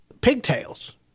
pigtails